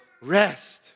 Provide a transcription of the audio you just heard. rest